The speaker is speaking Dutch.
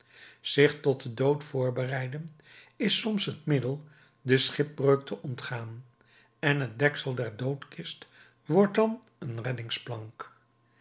zich tot den dood voorbereiden is soms het middel de schipbreuk te ontgaan en het deksel der doodkist wordt dan een